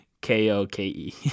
K-O-K-E